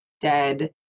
dead